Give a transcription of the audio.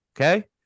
Okay